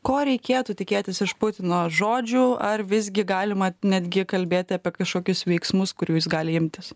ko reikėtų tikėtis iš putino žodžių ar visgi galima netgi kalbėti apie kažkokius veiksmus kurių jis gali imtis